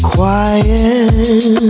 Quiet